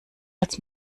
als